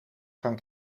gaan